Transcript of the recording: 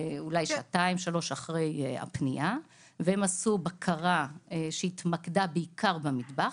אולי שעתיים שלוש אחרי הפניה והם עשו בקרה שהתמקדה בעיקר במטבח,